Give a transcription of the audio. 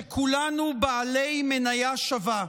שכולנו בעלי מניה שווה,